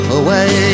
away